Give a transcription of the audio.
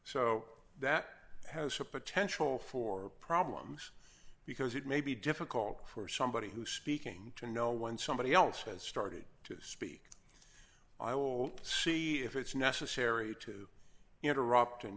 so that has a potential for problems because it may be difficult for somebody who's speaking to know when somebody else has started to speak i will see if it's necessary to interrupt and